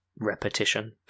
Repetition